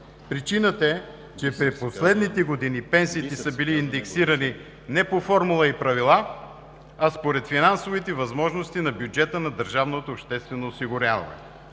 Причината е, че през последните години пенсиите са били индексирани не по формула и правила, а според финансовите възможности на бюджета на